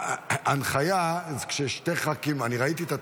--- הנחיה זה כששני ח"כים, אני ראיתי את התקנון.